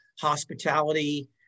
hospitality